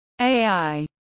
AI